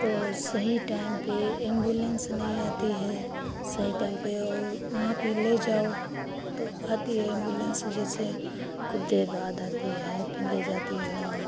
तो सही टाइम पर एम्बुलेंस नहीं आती है सही टइम पर और वहाँ पर ले जाओ तो आती है एम्बुलेंस जैसे कुछ देर बाद आती है फिर ले जाती है वहाँ